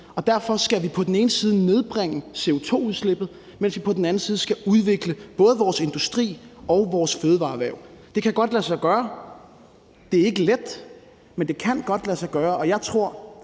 Derfor skal vi på den ene side nedbringe CO2-udslippet, mens vi på den anden side skal udvikle både vores industri og vores fødevareerhverv. Det kan godt lade sig gøre, det er ikke let, men det kan godt lade sig gøre,